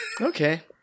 Okay